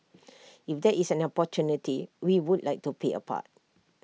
if there is an opportunity we would like to play A part